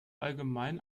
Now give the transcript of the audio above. allgemein